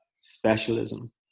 specialism